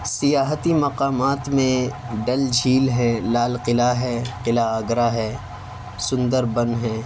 سیاحتی مقامات میں ڈل جھیل ہے لال قلعہ ہے قلعہ آگرہ ہے سندر بن ہے